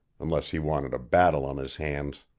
unless he wanted a battle on his hands.